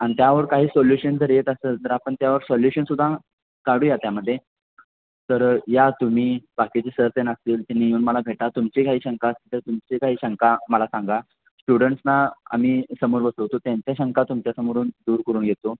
आणि त्यावर काही सोल्युशन जर येत असेल जर आपण त्यावर सोल्युशनसुद्धा काढूया त्यामध्ये तर या तुम्ही बाकीचे सर त्यानं असतील त्यांनी येऊन मला भेटा तुमची काही शंका असेल तुमची काही शंका मला सांगा स्टुडंट्सना आम्ही समोर बसवतो त्यांच्या शंका तुमच्यासमोरून दूर करून घेतो